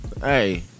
hey